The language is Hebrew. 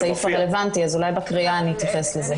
לסעיף הרלוונטי, אז אולי בקריאה אני אתייחס לזה.